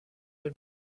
been